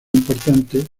importantes